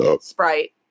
Sprite